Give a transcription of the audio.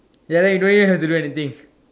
ya don't you have to do anything